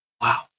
Wow